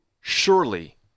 Surely